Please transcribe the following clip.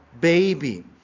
baby